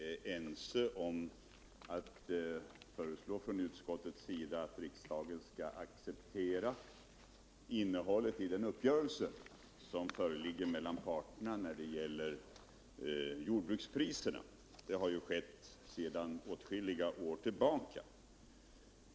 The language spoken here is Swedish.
Herr talman! Det är i och för sig ingen nyhet att utskottets ledamöter är ense om att riksdagen skall acceptera innehållet i den uppgörelse som föreligger mellan parterna när det gäller jordbrukspriserna. Det har skett sedan åtskilliga år tillbaka.